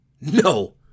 No